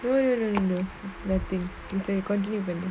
no no no no no nothing sorry you continue with that [one]